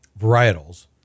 varietals